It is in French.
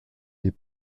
des